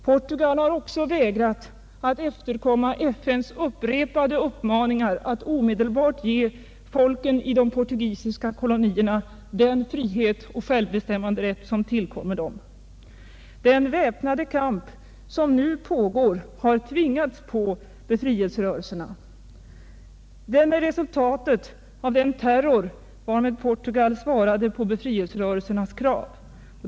Portugal har också vägrat att efterkomma FN:s upprepade uppmaningar att omedelbart ge folken i de portugisiska kolonierna den frihet och den självbestämmanderätt som tillkommer dem. Den väpnade kamp som nu pägår har tvingats på befrielserörelserna. Den är resultatet av den terror, varmed Portugal svarade på befriclserörelsernas krav.